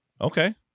Okay